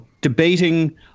debating